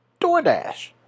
DoorDash